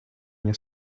nie